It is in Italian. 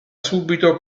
subito